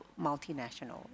multinational